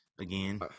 again